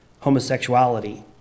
homosexuality